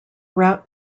route